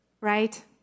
Right